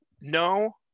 No